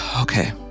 okay